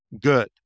good